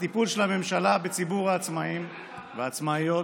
בטיפול של הממשלה בציבור העצמאיים והעצמאיות,